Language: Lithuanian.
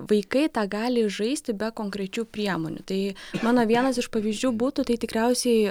vaikai tą gali žaisti be konkrečių priemonių tai mano vienas iš pavyzdžių būtų tai tikriausiai